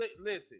listen